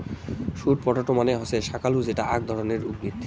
sweet potato মানে হসে শাকালু যেটা আক ধরণের উদ্ভিদ